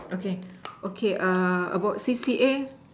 okay okay err about C_C_A